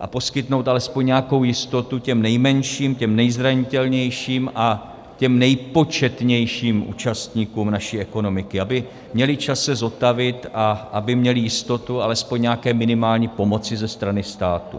a poskytnout alespoň nějakou jistotu těm nejmenším, těm nezranitelnějším a těm nepočetnějším účastníkům naší ekonomiky, aby měli čas se zotavit a aby měli jistotu alespoň nějaké minimální pomoci ze strany státu.